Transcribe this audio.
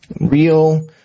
Real